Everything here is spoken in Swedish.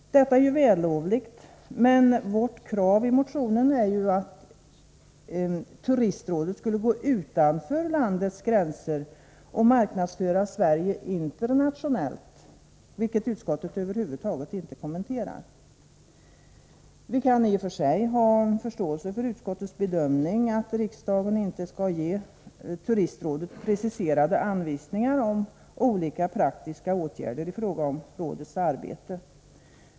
Detta är vällovligt, men vårt krav i motionen är ju att Turistrådet skulle gå utanför landets gränser och marknadsföra Sverige internationellt, vilket utskottet över huvud taget inte kommenterar. Vi kan i och för sig ha förståelse för utskottets bedömning att riksdagen inte skall ge Turistrådet preciserade anvisningar om olika praktiska åtgärder i fråga om rådets arbete.